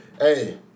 Hey